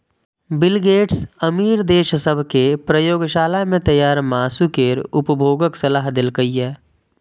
bill Gates अमीर देश सभ कें प्रयोगशाला मे तैयार मासु केर उपभोगक सलाह देलकैए